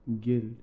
guilt